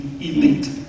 elite